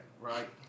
right